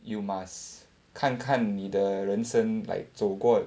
you must 看看你的人生 like 走过